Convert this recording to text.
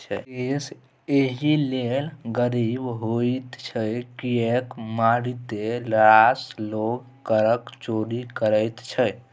देश एहि लेल गरीब होइत छै किएक मारिते रास लोग करक चोरि करैत छै